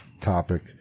topic